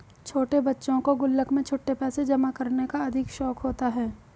छोटे बच्चों को गुल्लक में छुट्टे पैसे जमा करने का अधिक शौक होता है